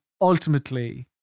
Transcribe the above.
ultimately